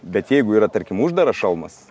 bet jeigu yra tarkim uždaras šalmas